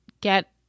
get